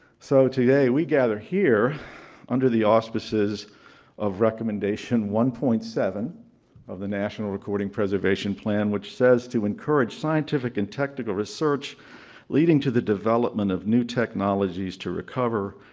so today, we gather here under the auspices of recommendation one point seven of the national recording preservation plan, which says to encourage scientific and tactical research leading to the development of new technologies to recover,